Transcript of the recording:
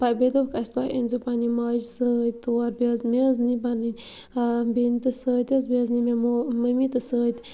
پہ بیٚیہِ دوٚپُکھ اَسہِ تۄہہِ أنۍیو پنٛنہِ ماجہِ سۭتۍ تور بیٚیہِ حظ مےٚ حظ نی پَنٕنۍ بیٚنہِ تہِ سۭتۍ حظ بیٚیہِ حظ نی مےٚ مو مٔمی تہِ سۭتۍ